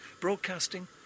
broadcasting